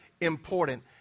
important